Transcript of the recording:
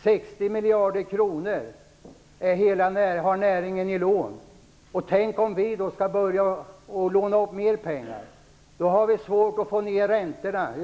Näringen har lån på 60 miljarder kronor. Tänk om vi då skulle börja låna upp mer pengar! Det skulle vara väldigt svårt att få ned räntorna.